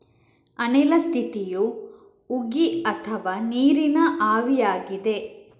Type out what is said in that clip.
ಅನಿಲ ಸ್ಥಿತಿಯು ಉಗಿ ಅಥವಾ ನೀರಿನ ಆವಿಯಾಗಿದೆ